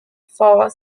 for